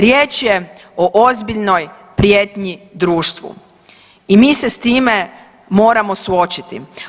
Riječ je o ozbiljnoj prijetnji društvu i mi se s time moramo suočiti.